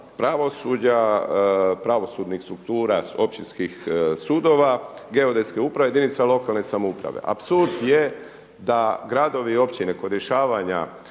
pravosuđa, pravosudnih struktura Općinskih sudova, Geodetske uprave, jedinica lokalne samouprave. Apsurd je da gradovi i općine kod rješavanja